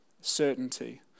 certainty